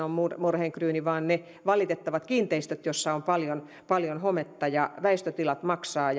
on murheenkryyni vaan ne valitettavat kiinteistöt joissa on paljon paljon hometta ja väistötilat maksavat